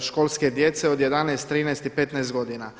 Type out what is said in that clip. školske djece od 11, 13 i 15 godina.